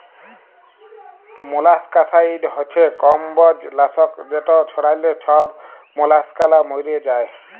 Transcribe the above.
molluscicide হছে কমবজ লাসক যেট ছড়াল্যে ছব মলাসকালা ম্যইরে যায়